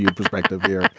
ah perspective here,